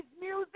music